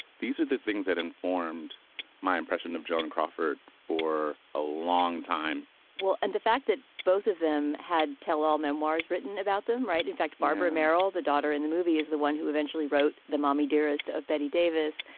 these are the things that informed my impression of joan crawford for a long time well, and the fact that both of them had tell all memoirs written about them. right. in fact, barbara merryl, the daughter in the movie, is the one who eventually wrote the mommy dearest of betty davis.